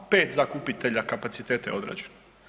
5 zakupitelja kapaciteta je odrađeno.